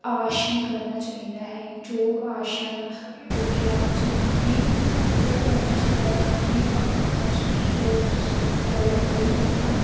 ਆਸਨ ਕਰਨਾ ਚਾਹੀਦਾ ਹੈ ਜੋ ਆਸਨ ਹੋ ਗਿਆ ਜਿਵੇਂ ਕਿ ਉਹ ਕਰਨਾ ਚਾਹੀਦਾ ਤਾਂ ਕਿ ਆਪਾਂ ਹੌਲੀ ਹੌਲੀ ਬੰਦਾ